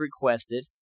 requested